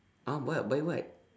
!huh! what buy what